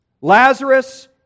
Lazarus